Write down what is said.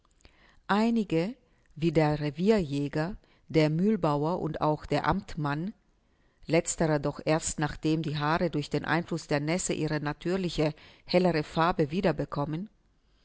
einige wie der revierjäger der mühlbauer und auch der amtmann letzterer doch erst nachdem die haare durch den einfluß der nässe ihre natürliche hellere farbe